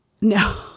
No